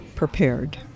prepared